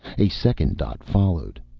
a second dot followed.